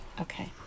Okay